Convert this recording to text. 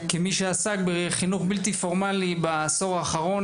כמי שעסק בחינוך בלתי פורמלי בעשור האחרון,